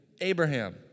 Abraham